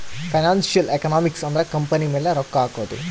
financial economics ಅಂದ್ರ company ಮೇಲೆ ರೊಕ್ಕ ಹಕೋದು